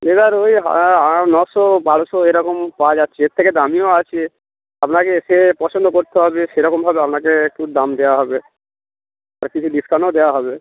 এই দাদার ওই ওই নশো বারোশো এরকম পাওয়া যাচ্ছে এর থেকে দামিও আছে আপনাকে এসে পছন্দ করতে হবে সেরকমভাবে আপনাকে একটু দাম দেওয়া হবে আর কিছু ডিসকাউন্টও দেওয়া হবে